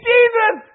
Jesus